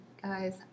Guys